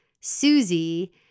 Susie